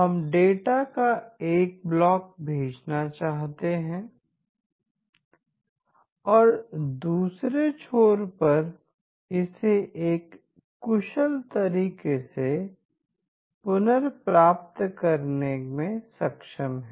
हम डेटा का एक ब्लॉक भेजना चाहते हैं और दूसरे छोर पर इसे एक कुशल तरीके से पुनर्प्राप्त करने में सक्षम हैं